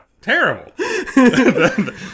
Terrible